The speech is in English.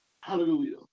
Hallelujah